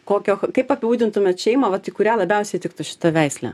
kokio kaip apibūdintumėt šeimą vat į kurią labiausiai tiktų šita veislė